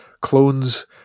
clones